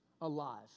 alive